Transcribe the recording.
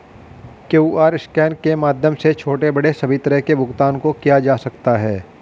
QR scan के माध्यम से छोटे बड़े सभी तरह के भुगतान को किया जा सकता है